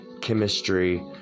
chemistry